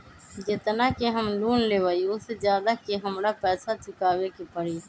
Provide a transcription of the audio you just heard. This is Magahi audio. जेतना के हम लोन लेबई ओ से ज्यादा के हमरा पैसा चुकाबे के परी?